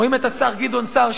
רואים את השר גדעון סער,